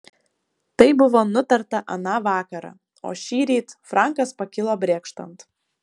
tai buvo nutarta aną vakarą o šįryt frankas pakilo brėkštant